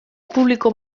publiko